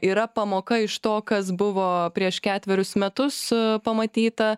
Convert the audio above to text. yra pamoka iš to kas buvo prieš ketverius metus pamatyta